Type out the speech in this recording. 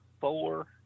four